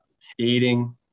skating